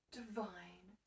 divine